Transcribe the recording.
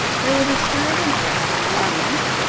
there was a stir of interest in the audience,